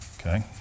okay